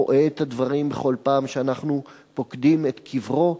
רואה את הדברים בכל פעם שאנחנו פוקדים את קברו.